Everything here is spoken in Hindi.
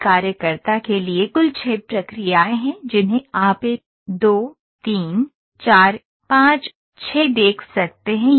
एक कार्यकर्ता के लिए कुल 6 प्रक्रियाएँ हैं जिन्हें आप 1 2 3 4 5 6 देख सकते हैं